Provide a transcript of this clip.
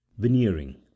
Veneering